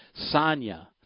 Sanya